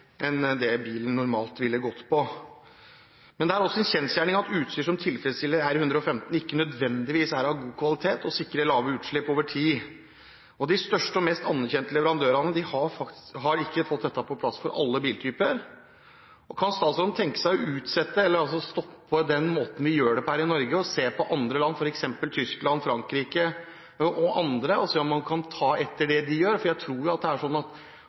det bilen normalt ville gått på. Men det er også en kjensgjerning at utstyr som tilfredsstiller R115, ikke nødvendigvis er av god kvalitet og sikrer lave utslipp over tid. De største og mest anerkjente leverandørene har ikke fått dette på plass for alle biltyper. Kan statsråden tenke seg å stoppe den måten vi gjør det på her i Norge og se på andre land, f.eks. Tyskland og Frankrike, og se om man kan ta etter det de gjør? Jeg tror jo at enten man er tysker eller franskmann er man opptatt av trafikksikkerheten til bilistene som kjører på veien, og det er